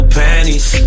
panties